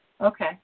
Okay